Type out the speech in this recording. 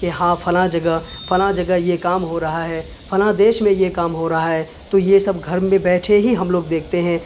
کہ ہاں فلاں جگہ فلاں جگہ یہ کام ہو رہا ہے فلاں دیش میں یہ کام ہو رہا ہے تو یہ سب گھر میں بیٹھے ہی ہم لوگ دیکھتے ہیں